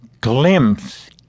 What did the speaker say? glimpse